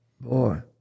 Boy